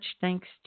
Thanks